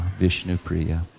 Vishnupriya